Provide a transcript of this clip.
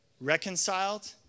reconciled